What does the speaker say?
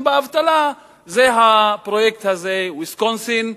באבטלה הוא הפרויקט הזה "ויסקונסין",